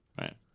Right